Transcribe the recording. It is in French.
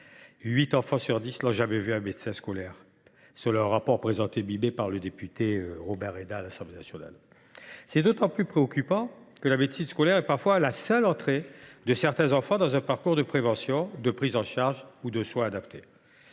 enfants sur dix n’ont jamais vu un médecin scolaire, selon le rapport présenté mi mai par le député Robin Reda à l’Assemblée nationale. La situation est d’autant plus préoccupante que la médecine scolaire constitue parfois l’unique voie d’entrée de certains enfants dans un parcours de prévention, de prise en charge ou de soins adaptés.